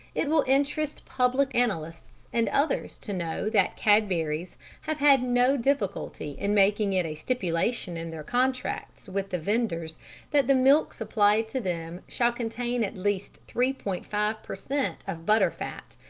it will interest public analysts and others to know that cadbury's have had no difficulty in making it a stipulation in their contracts with the vendors that the milk supplied to them shall contain at least three point five per cent. of butter fat,